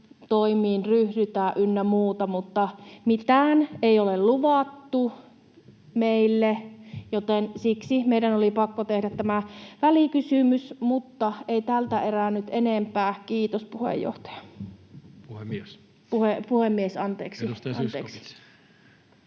toimiin ryhdytään ynnä muuta. Mutta mitään ei ole luvattu meille, joten siksi meidän oli pakko tehdä tämä välikysymys. Mutta ei tältä erää nyt enempää. — Kiitos, puheenjohtaja. [Puhemies: Puhemies!] — Puhemies. Anteeksi.